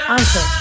Answer